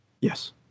Yes